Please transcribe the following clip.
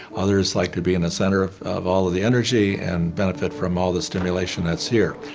others like to be in the center of of all of the energy and benefit from all the stimulation that's here.